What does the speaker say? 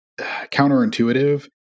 counterintuitive